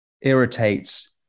irritates